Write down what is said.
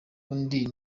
undi